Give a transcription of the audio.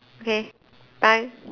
okay bye